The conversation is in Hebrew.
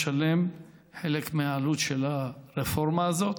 לשלם חלק מהעלות של הרפורמה הזאת.